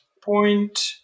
Point